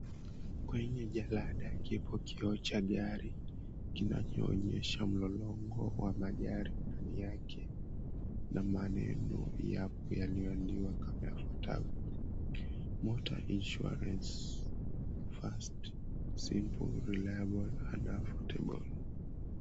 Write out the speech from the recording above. Kwenye jalada, kiko kioo cha gari, kinacho onyesha mlolongo wa magari. Ndani yake na maneno yako yaliyoandikwa kama yafuatavyo, Motor Insurance. Fast Simple Reliable and Affordable.